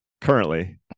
currently